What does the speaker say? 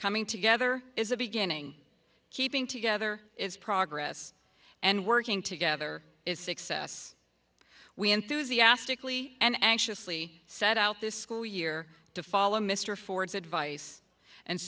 coming together is a beginning keeping together its progress and working together is success we enthusiastically and anxiously set out this school year to follow mr ford's advice and